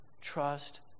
Trust